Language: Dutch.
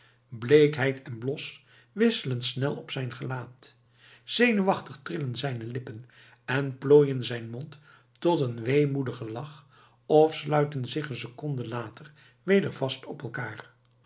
bleekheid en blos wisselen snel op zijn gelaat zenuwachtig trillen zijne lippen en plooien zijn mond tot een weemoedigen lach of sluiten zich een seconde later weder vast op elkaar